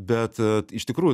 bet iš tikrųjų